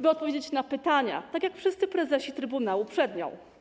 by odpowiedzieć na pytania, tak jak wszyscy prezesi trybunału przed nią.